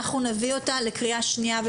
אנחנו נביא אותה לקריאה ראשונה,